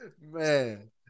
man